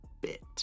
bit